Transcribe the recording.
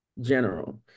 general